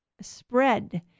spread